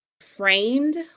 framed